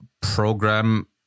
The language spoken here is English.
program